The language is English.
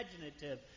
imaginative